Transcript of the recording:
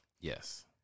Yes